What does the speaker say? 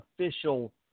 official